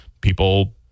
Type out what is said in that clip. People